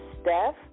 Steph